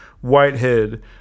Whitehead